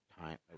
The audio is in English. time